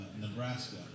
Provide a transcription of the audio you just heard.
Nebraska